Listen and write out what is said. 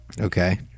Okay